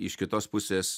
iš kitos pusės